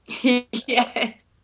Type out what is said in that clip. Yes